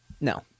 No